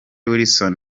wilson